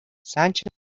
sánchez